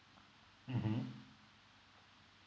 mmhmm